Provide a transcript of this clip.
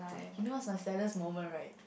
you know what's my saddest moment right